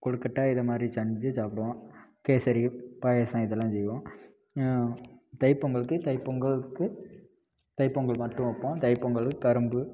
கொலுக்கட்டை இதை மாதிரி செஞ்சு சாப்பிடுவோம் கேசரி பாயாசம் இதெல்லாம் செய்வோம் தைப்பொங்கலுக்கு தைப்பொங்கலுக்கு தைப்பொங்கல் மட்டும் வைப்போம் தைப்பொங்கலு கரும்பு